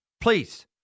Please